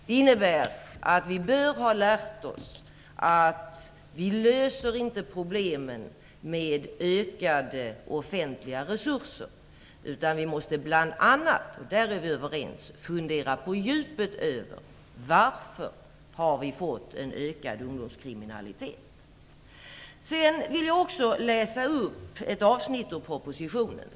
Det innebär att vi bör ha lärt oss att vi inte löser problemen med ökade offentliga resurser. Vi måste bl.a., och där är vi överens, på djupet fundera över varför vi har fått en ökad ungdomskriminalitet. Sedan vill jag också läsa upp ett avsnitt ur propositionen.